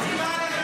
אלמוג, טעית.